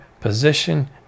position